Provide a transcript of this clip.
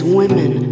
women